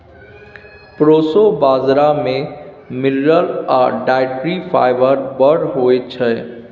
proso बजरा मे mineral आ डाइटरी फाइबर बड़ होइ छै